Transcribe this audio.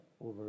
Over